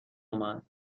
اومد